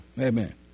Amen